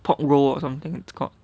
pork roll or something it's called